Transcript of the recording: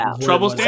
Trouble